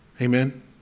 Amen